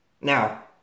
Now